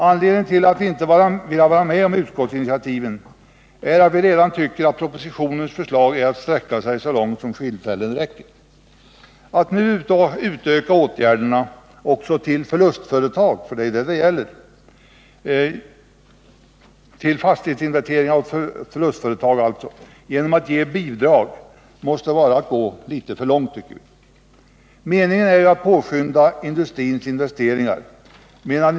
Anledningen till att vi inte velat vara med om utskottsinitiativen är att vi redan tycker att propositionens förslag är att sträcka sig så långt som skinnfällen räcker. Att nu utöka åtgärderna också till fastighetsinvesteringar för förlustföretag — för det är vad det gäller — genom att ge bidrag, måste vara att gå lite för långt. Meningen är ju att påskynda industrins investeringar.